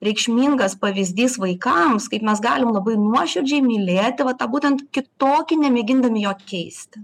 reikšmingas pavyzdys vaikams kaip mes galim labai nuoširdžiai mylėti va tą būtent kitokį nemėgindami jo keisti